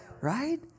right